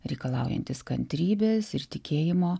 reikalaujantis kantrybės ir tikėjimo